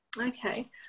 Okay